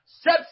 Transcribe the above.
set